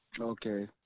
Okay